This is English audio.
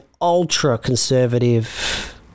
ultra-conservative